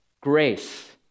Grace